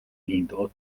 ning